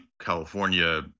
California